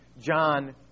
John